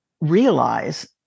realize